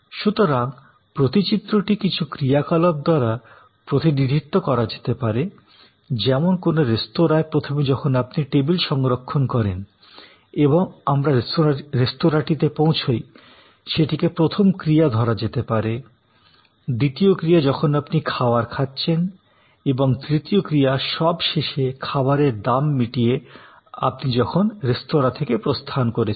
সুতরাং প্রতিচিত্রটি কিছু ক্রিয়াকলাপ দ্বারা প্রতিনিধিত্ব করা যেতে পারে যেমন কোনও রেস্তোরাঁয় প্রথমে যখন আপনি টেবিল সংরক্ষণ করেন এবং আমরা রেস্তোঁরাটিতে পৌঁছাই সেটিকে প্রথম ক্রিয়া ধরা যেতে পারে দ্বিতীয় ক্রিয়া যখন আপনি খাবার খাচ্ছেন এবং তৃতীয় ক্রিয়া সব শেষে খাবারের দাম মিটিয়ে আপনি রেস্তোরাঁ থেকে প্রস্থান করেছেন